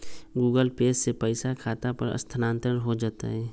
Google Pay से पईसा खाता पर स्थानानंतर हो जतई?